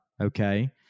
Okay